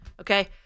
Okay